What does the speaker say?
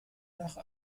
nach